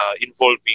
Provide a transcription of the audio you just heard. involving